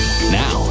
Now